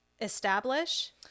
establish